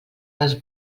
les